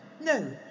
no